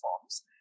forms